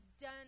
Done